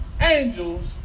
angels